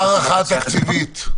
מה ההערכה התקציבית?